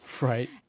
right